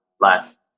last